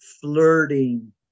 Flirting